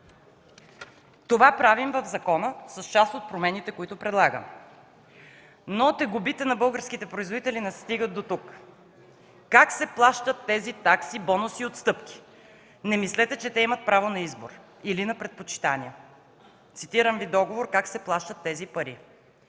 Това правим в закона с част от промените, които предлагаме. Но тегобите на българските производители не стигат до тук. Как се плащат тези такси, бонуси и отстъпки? Не мислете, че те имат право на избор или на предпочитания. Цитирам Ви договор как се плащат тези пари: